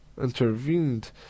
...intervened